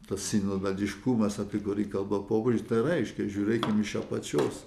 tas sinodadiškumas apie kurį kalba popiežius tai reiškia žiūrėkime iš apačios